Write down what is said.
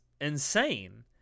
insane